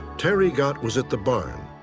terry gott was at the barn.